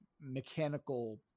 mechanical